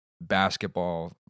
basketball